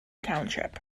township